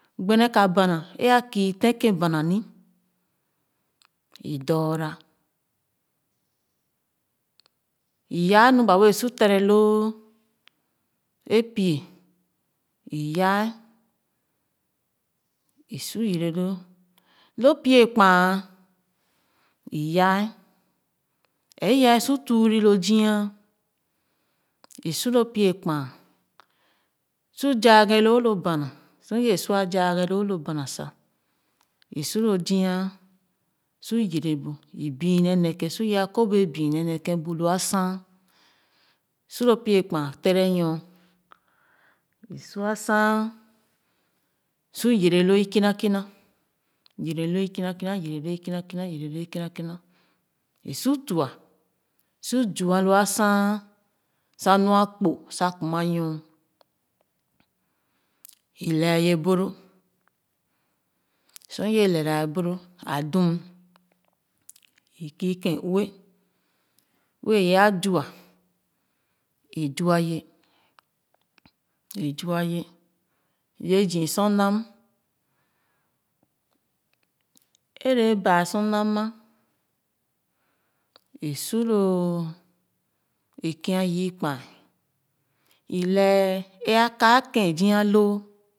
Gbene ka bana ē ya kii tèn ken bana ni i dɔɔra iyaa nu ba wɛɛ su tere loo ē pie i yaa i su yere loo lo pie kpaa iyaa ɛɛ ye su tuure lo zia i su lo pie kpaa su zaghe loo lo bana sor i ye sua zaghe loo lo bana sa i su lo zia su yere bu i bii ne ne kén su ye akɔbee büne nek’èn bu lo asan su lo pie kpaa tere nyor i su a san su yere loo ikmekina yere loo ikina kina yere loo ikinakina yere loo ikinakina i su tuah su zua lo a saa sa lua kpo sa kuma nyor i lee ye boro sor ye lééra boro a dum i kii ken ue wɛɛya zua i zua ye izua ye ye zii sor nam ere baa sor nam ma i su lo i kii ye kpa i lɛɛ ē a kaa kin zia loo.